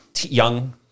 young